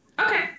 okay